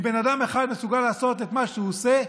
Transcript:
אם בן אדם אחד מסוגל לעשות את מה שהוא עושה,